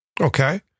Okay